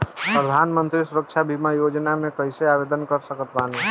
प्रधानमंत्री सुरक्षा बीमा योजना मे कैसे आवेदन कर सकत बानी?